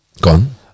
Gone